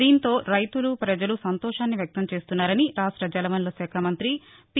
దీంతో రైతులు పజలు సంతోషాన్ని వ్యక్తం చేస్తున్నారని రాష్ట జలవనరుల శాఖ మంత్రి పి